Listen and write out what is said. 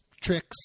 tricks